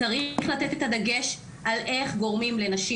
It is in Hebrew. צריך לתת את הדגש על איך גורמים לנשים